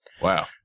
Wow